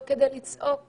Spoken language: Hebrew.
לא כדי לצעוק